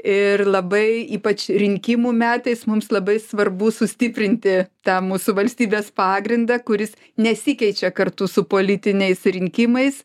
ir labai ypač rinkimų metais mums labai svarbu sustiprinti tą mūsų valstybės pagrindą kuris nesikeičia kartu su politiniais rinkimais